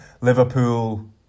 Liverpool